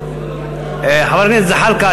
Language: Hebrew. חבר הכנסת זחאלקה,